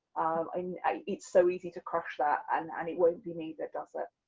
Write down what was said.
and it's so easy to crush that and, and it won't be me that does it.